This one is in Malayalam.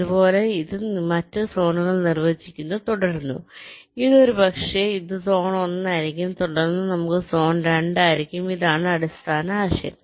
അതുപോലെ നിങ്ങൾ മറ്റ് സോണുകൾ നിർവചിക്കുന്നത് തുടരുന്നു ഇത് ഒരുപക്ഷേ ഇത് സോൺ 1 ആയിരിക്കും തുടർന്ന് നമുക്ക് സോൺ 2 ഉണ്ടായിരിക്കും ഇതാണ് അടിസ്ഥാന ആശയം